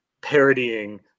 parodying